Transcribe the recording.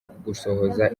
gusohoza